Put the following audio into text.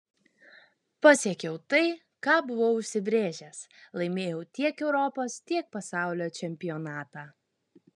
pasiekiau tai ką buvau užsibrėžęs laimėjau tiek europos tiek pasaulio čempionatą